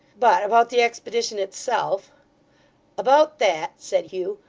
but about the expedition itself about that said hugh,